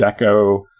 Deco